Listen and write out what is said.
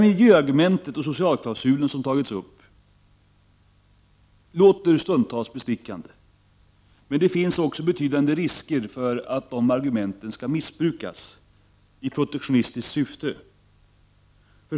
Miljöargumentet och resonemanget om socialklausulen som tagits upp låter stundtals bestickande, men det finns också betydande risker för att de argumenten skall missbrukas i protektionistiskt syfte.